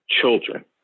children